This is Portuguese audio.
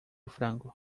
frango